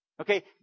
Okay